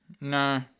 No